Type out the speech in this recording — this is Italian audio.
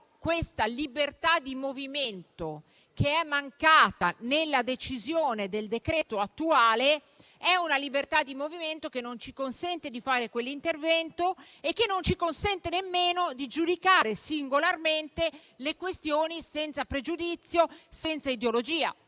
questa libertà di movimento, che è mancata nella decisione del decreto attuale, non ci consente di fare quell’intervento e non ci consente nemmeno di giudicare singolarmente le questioni, senza pregiudizio e senza ideologia,